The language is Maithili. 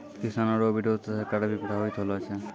किसानो रो बिरोध से सरकार भी प्रभावित होलो छै